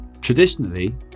Traditionally